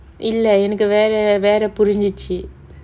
இல்ல எனக்கு வேற வேற புரிஞ்சிச்சி:illa enakku vera vera purinchichi